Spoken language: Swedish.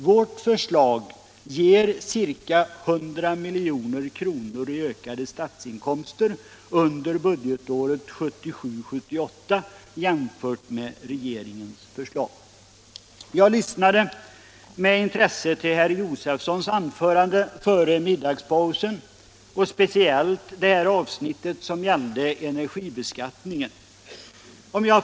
Vårt förslag ger ca 100 milj.kr. i ökade statsinkomster under budgetåret 1977/78 jämfört med regeringens förslag. Jag lyssnade med intresse på herr Josefsons anförande före middagspausen, speciellt det avsnitt som gällde energibeskattningen.